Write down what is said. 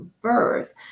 birth